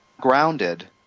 grounded